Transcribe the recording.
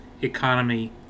economy